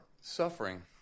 suffering